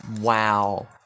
Wow